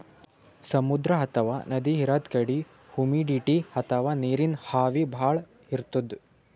ಸಮುದ್ರ ಅಥವಾ ನದಿ ಇರದ್ ಕಡಿ ಹುಮಿಡಿಟಿ ಅಥವಾ ನೀರಿನ್ ಆವಿ ಭಾಳ್ ಇರ್ತದ್